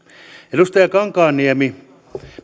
edustaja kankaanniemi